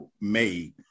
made